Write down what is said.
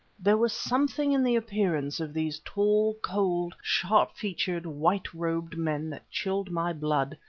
there was something in the appearance of these tall, cold, sharp-featured, white-robed men that chilled my blood,